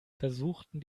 versuchten